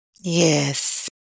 Yes